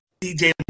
DJ